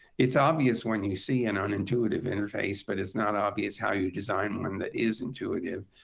it's obvious when you see an unintuitive interface, but it's not obvious how you design one that is intuitive.